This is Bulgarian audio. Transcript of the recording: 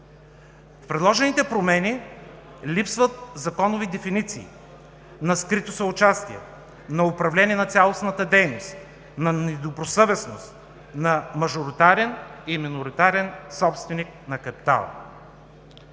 В предложените промени липсват законови дефиниции на скрито съучастие, на управление на цялостната дейност, на недобросъвестност, на мажоритарен и миноритарен собственик на капитала.